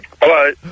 Hello